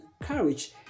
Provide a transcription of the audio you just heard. courage